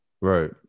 right